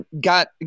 got